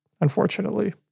unfortunately